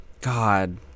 God